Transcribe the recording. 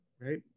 right